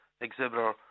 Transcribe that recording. exhibitor